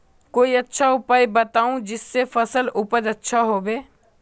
कोई अच्छा उपाय बताऊं जिससे फसल उपज अच्छा होबे